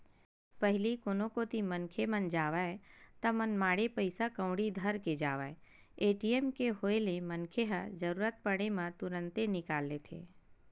पहिली कोनो कोती मनखे मन जावय ता मनमाड़े पइसा कउड़ी धर के जावय ए.टी.एम के होय ले मनखे ह जरुरत पड़े म तुरते निकाल लेथे